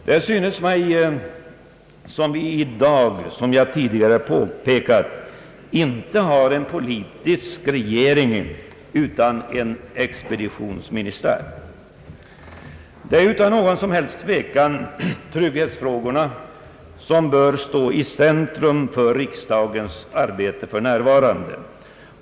Det synes mig som om vi i dag inte har en politisk regering utan en expeditionsministär. Det är utan tvivel trygghetsfrågorna som bör stå i centrum för riksdagens arbete för närvarande.